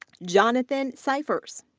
johnathan siefers.